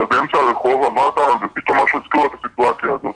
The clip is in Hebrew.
אתה באמצע הרחוב ופתאום משהו הזכיר לו את הסיטואציה הזאתי.